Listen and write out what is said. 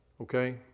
Okay